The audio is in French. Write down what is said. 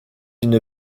une